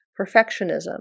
perfectionism